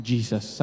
Jesus